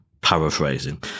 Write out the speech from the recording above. paraphrasing